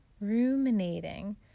ruminating